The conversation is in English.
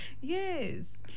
yes